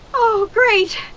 oh, great!